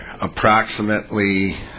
approximately